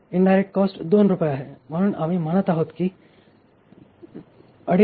indirect cost 2 रुपये आहे म्हणून आम्ही म्हणत आहोत की 2